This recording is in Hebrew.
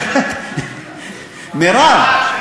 מירב,